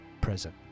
present